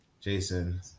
Jason